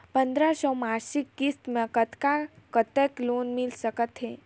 पंद्रह सौ मासिक किस्त मे कतका तक लोन मिल सकत हे?